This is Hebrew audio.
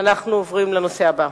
אנחנו עוברים לנושא הבא: